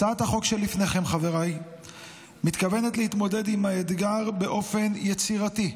הצעת החוק שלפניכם מתכוונת להתמודד עם האתגר באופן יצירתי: